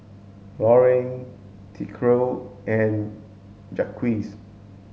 Loring Tyrique and Jaquez